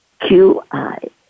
QI